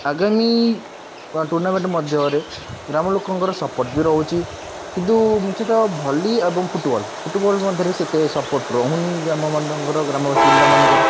ଆଗାମି ଟୁର୍ଣ୍ଣାମେଣ୍ଟ୍ ମଧ୍ୟରେ ଗ୍ରାମ ଲୋକଙ୍କର ସପୋଟ୍ ବି ରହୁଛି କିନ୍ତୁ ମୁଖ୍ୟତଃ ଭଲି ଏବଂ ଫୁଟ୍ବଲ୍ ଫୁଟ୍ବଲ୍ ମଧ୍ୟରେ ସେତେ ସପୋଟ୍ ରହୁନି ଗ୍ରାମମାନଙ୍କର ଗ୍ରାମ ବାସିନ୍ଦାମାନଙ୍କର